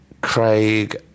Craig